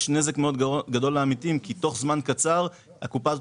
יש נזק מאוד גדול לעמיתים כי תוך זמן קצר הקופה הזאת